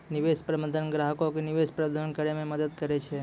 निवेश प्रबंधक ग्राहको के निवेश प्रबंधन करै मे मदद करै छै